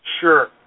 Sure